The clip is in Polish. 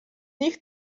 nich